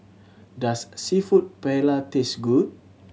does Seafood Paella taste good